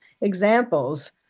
examples